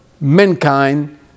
mankind